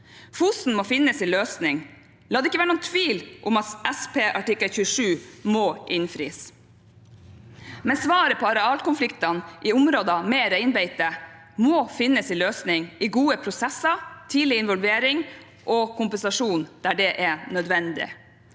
Fosen må finne sin løsning. La det ikke være noen tvil om at SP artikkel 27 må innfris, men svaret på arealkonfliktene i områder med reinbeite må finne sin løsning i gode prosesser, tidlig involvering og kompensasjon der det er nødvendig.